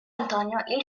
antonio